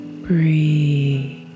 Breathe